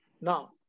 now